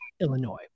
Illinois